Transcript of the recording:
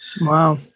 Wow